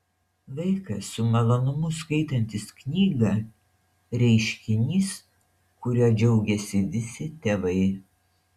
vaikas su malonumu skaitantis knygą reiškinys kuriuo džiaugiasi visi tėvai